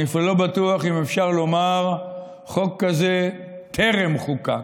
אני אפילו לא בטוח אם אפשר לומר שחוק כזה טרם חוקק.